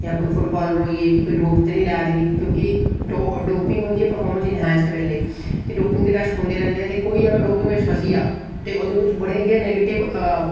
जां कोई फुटबालर होई गे कि कोई डोप ते निं लै दे क्यूंकि दो डोपिंग होंदी ऐ परफारमेंस एनहान्स करने लेई ते डोपिंग ते टैस्ट होंदे रैंह्दे ते कोई अगर डोपिंग बिच फंसी जा ते ओह्दे बिच बड़े गै नेगेटिव